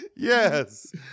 Yes